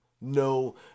No